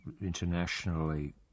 internationally